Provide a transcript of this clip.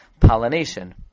pollination